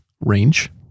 Range